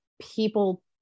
people